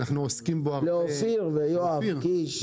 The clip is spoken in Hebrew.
לאופיר ויואב קיש.